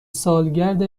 سالگرد